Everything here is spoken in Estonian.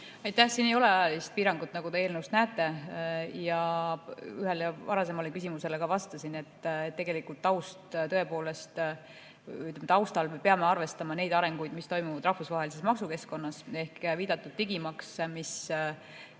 Aitäh! Siin ei ole ajalist piirangut, nagu te eelnõust näete. Ühele varasemale küsimusele ma vastasin, et tegelikult tõepoolest me peame arvestama neid arenguid, mis toimuvad rahvusvahelises maksukeskkonnas. Juba viidatud digimaks